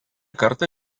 kartą